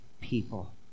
people